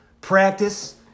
practice